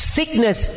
Sickness